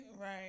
right